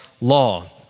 law